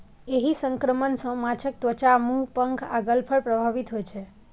एहि संक्रमण सं माछक त्वचा, मुंह, पंख आ गलफड़ प्रभावित होइ छै